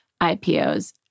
IPOs